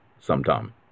sometime